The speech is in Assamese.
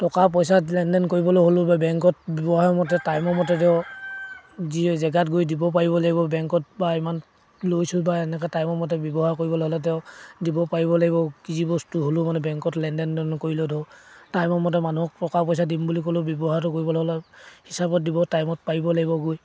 টকা পইচা লেনদেন কৰিবলৈ হ'লেও বা বেংকত ব্যৱহাৰ মতে টাইমৰ মতে তেওঁ যি জেগাত গৈ দিব পাৰিব লাগিব বেংকত বা ইমান লৈছোঁ বা এনেকৈ টাইমৰ মতে ব্যৱহাৰ কৰিবলৈ হ'লে তেওঁ দিব পাৰিব লাগিব কি যি বস্তু হ'লেও মানে বেংকত লেনদেনদন নকৰিলে ধৰক টাইমৰ মতে মানুহক টকা পইচা দিম বুলি ক'লেও ব্যৱহাৰটো কৰিবলৈ হ'লে হিচাপত দিব টাইমত পাৰিব লাগিব গৈ